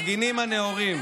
המפגינים הנאורים.